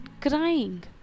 crying